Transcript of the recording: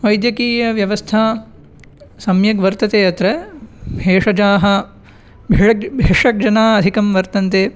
वैद्यकीय व्यवस्था सम्यक् वर्तते अत्र भेषजाः भिषक् भिषक् जनानाम् अधिकं वर्तन्ते